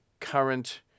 current